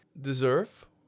deserve